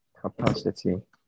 Capacity